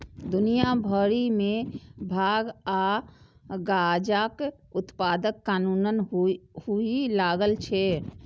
दुनिया भरि मे भांग आ गांजाक उत्पादन कानूनन हुअय लागल छै